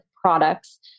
products